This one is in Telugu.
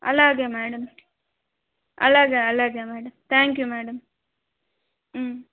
అలాగే మేడం అలాగే అలాగే మేడం థ్యాంక్ యూ మేడం